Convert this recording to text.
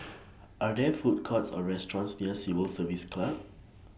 Are There Food Courts Or restaurants near Civil Service Club